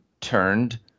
turned